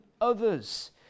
others